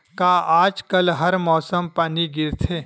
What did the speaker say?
का आज कल हर मौसम पानी गिरथे?